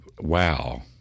wow